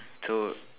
so